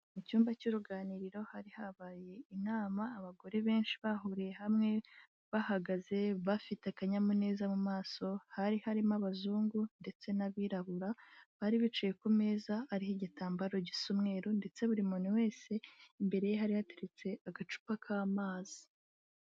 Mu cyumba cy'uruganiriro hari habaye inama abagore benshi bahuriye hamwe, bahagaze, bafite akanyamuneza mu maso, hari harimo abazungu, ndetse n'abirabura, bari bicaye ku meza hariho igitambaro gisa umweru, ndetse buri muntu wese imbere ye hari hatetse agacupa k'amazi.